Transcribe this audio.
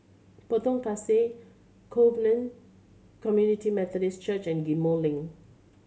Potong Pasir Covenant Community Methodist Church and Ghim Moh Link